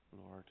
Lord